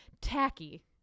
tacky